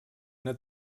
una